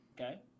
Okay